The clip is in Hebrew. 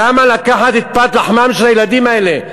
למה לקחת את פת לחמם של הילדים האלה?